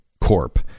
Corp